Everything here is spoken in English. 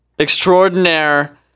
Extraordinaire